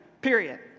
period